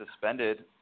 suspended